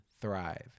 thrive